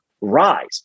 rise